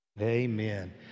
Amen